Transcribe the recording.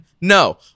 No